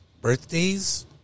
birthdays